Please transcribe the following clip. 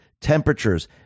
temperatures